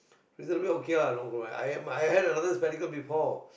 it's a bit okay lah no for my eye I have another spectacle before